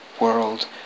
world